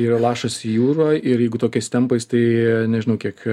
yra lašas jūroj ir jeigu tokiais tempais tai nežinau kiek